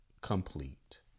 complete